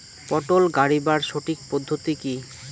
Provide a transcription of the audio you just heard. পটল গারিবার সঠিক পদ্ধতি কি?